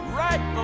right